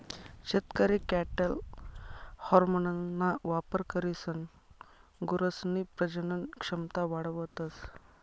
शेतकरी कॅटल हार्मोन्सना वापर करीसन गुरसनी प्रजनन क्षमता वाढावतस